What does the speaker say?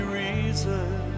reason